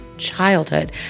Childhood